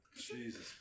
Jesus